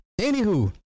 Anywho